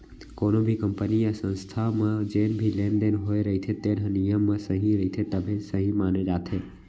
कोनो भी कंपनी य संस्था म जेन भी लेन देन होए रहिथे तेन ह नियम म सही रहिथे तभे सहीं माने जाथे